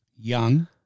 Young